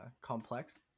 complex